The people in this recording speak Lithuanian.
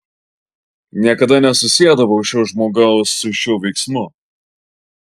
niekada nesusiedavau šio žmogaus su šiuo veiksmu